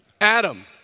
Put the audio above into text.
Adam